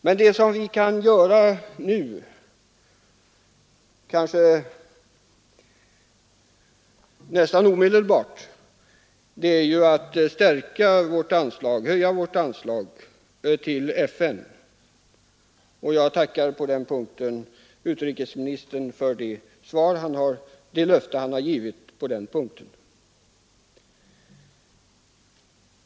Men vad vi kan göra nu — kanske nästan omedelbart — är att höja vårt anslag till FN, och jag tackar utrikesministern för det löfte han har givit på den punkten.